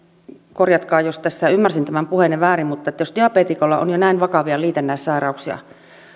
korjatkaa jos tässä ymmärsin tämän puheenne väärin että jos diabeetikolla on jo näin vakavia liitännäissairauksia